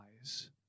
eyes